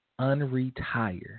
unretire